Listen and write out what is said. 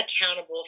accountable